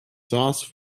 sauce